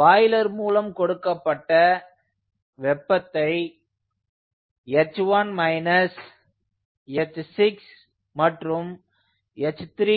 boiler மூலம் கொடுக்கப்பட்ட வெப்பத்தை h1 h6 மற்றும் h3